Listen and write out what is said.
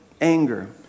anger